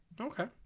Okay